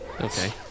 Okay